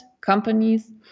companies